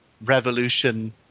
revolution